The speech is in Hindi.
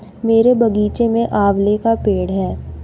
मेरे बगीचे में आंवले का पेड़ है